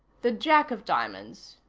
the jack of diamonds.